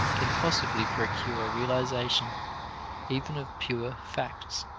can possibly procure realization even of pure facts.